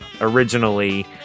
originally